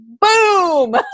boom